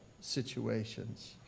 situations